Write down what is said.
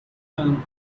film